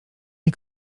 nie